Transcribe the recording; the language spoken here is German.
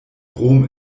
brom